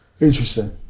Interesting